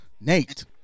Nate